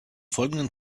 folgenden